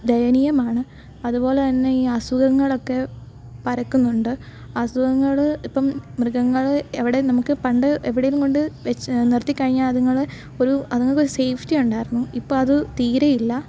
ദയനീയമാണ് അതുപോലെ തന്നെ ഈ അസുഖങ്ങളൊക്കെ പരക്കുന്നുണ്ട് അസുഖങ്ങൾ ഇപ്പം മൃഗങ്ങൾ എവിടെ നമുക്ക് പണ്ട് എവിടെയും കൊണ്ട് വച്ച് നിർത്തിക്കഴിഞ്ഞാൽ അതുങ്ങൾ ഒരു അതുങ്ങൾക്ക് ഒരു സേഫ്റ്റി ഉണ്ടായിരുന്നു ഇപ്പോൾ അത് തീരെ ഇല്ല